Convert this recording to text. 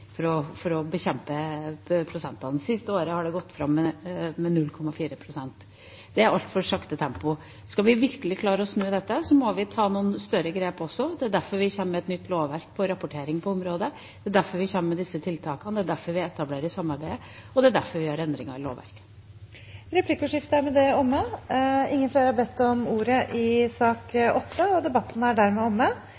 akkurat nå, for å bekjempe prosentene. Det siste året har det gått fram med 0,4 pst. Det er et altfor sakte tempo. Skal vi virkelig klare å snu dette, må vi også ta noen større grep. Det er derfor vi kommer med et nytt lovverk om rapportering på området. Det er derfor vi kommer med disse tiltakene, det er derfor vi etablerer samarbeidet, og det er derfor vi gjør endringer i lovverket. Replikkordskiftet er med det omme. Flere har ikke bedt om ordet til sak